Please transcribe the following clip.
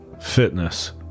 fitness